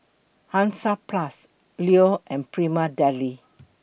Hansaplast Leo and Prima Deli